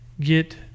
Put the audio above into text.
get